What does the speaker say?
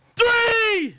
three